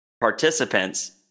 participants